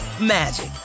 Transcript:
magic